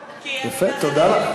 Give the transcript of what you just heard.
יפה, תודה לך.